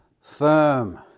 firm